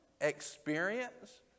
experience